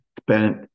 spent